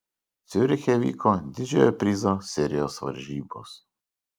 ciuriche vyko didžiojo prizo serijos varžybos